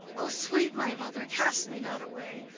o sweet my mother, cast me not away!